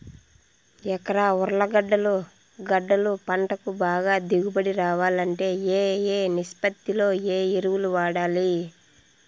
ఎకరా ఉర్లగడ్డలు గడ్డలు పంటకు బాగా దిగుబడి రావాలంటే ఏ ఏ నిష్పత్తిలో ఏ ఎరువులు వాడాలి?